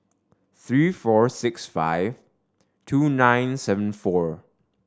three four six five two nine seven four